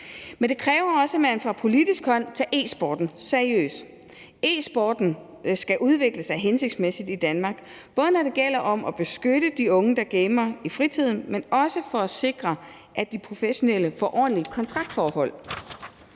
Men det kræver også, at man fra politisk hold tager e-sporten seriøst. E-sporten skal udvikle sig hensigtsmæssigt i Danmark, både når det gælder om at beskytte de unge, der gamer i fritiden, men også for at sikre, at de professionelle får ordentlige kontraktforhold.